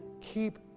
Keep